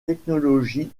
technologies